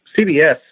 CBS